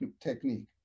technique